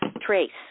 trace